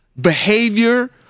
behavior